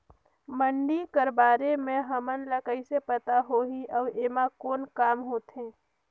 मंडी कर बारे म हमन ला कइसे पता होही अउ एमा कौन काम होथे?